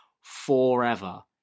forever